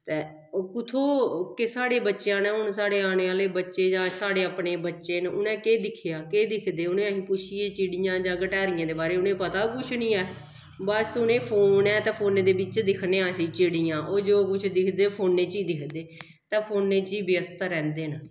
ते कु'त्थूं कि साढ़ें बच्चे ने हून साढ़े आने आह्लें बच्चे जां साढ़े अपने बच्चे न उ'नें केह् दिक्खेआ केह् दिखदे उ'नें पुच्छिये चिड़ियें जां गटारियें दे बारे च उ'नेंगी पता गै कुछ निं ऐ बस उ'नें फोन ऐ ते फोने दे बिच्च दिक्खने आं असीं चिड़ियां ओह् जो किश दिखदे फोनै च ई दिखदे ते फोनै च ई व्यस्त रैंह्दे न